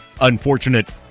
unfortunate